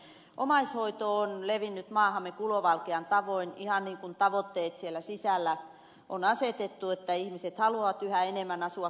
omais hoito on levinnyt maahamme kulovalkean tavoin ihan niin kuin tavoitteet on asetettu että ihmiset haluavat yhä enemmän asua kotona